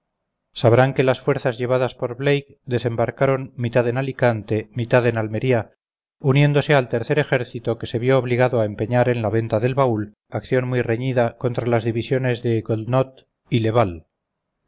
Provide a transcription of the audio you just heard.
sabrán que las fuerzas llevadas por blake desembarcaron mitad en alicante mitad en almería uniéndose al tercer ejército que se vio obligado a empeñar en la venta del baúl acción muy reñida contra las divisiones de